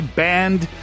banned